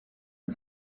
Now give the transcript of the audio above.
and